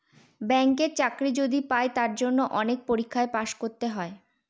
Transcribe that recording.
ব্যাঙ্কের চাকরি যদি পাই তার জন্য অনেক পরীক্ষায় পাস করতে হয়